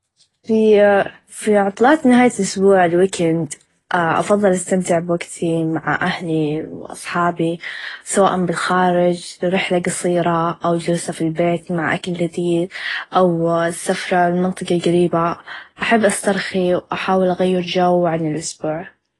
في عطلات نهايه الأسبوع Weekend أفظل أستمتع بوقتي مع أهلي و أصحابي سواء بالخارچ رحله قصيره أو چلسه في البيت مع أكل لذيذ أو سفره ل منطقه قريبا أحب أسترخي و أحاول أغير چو عن الأسبوع.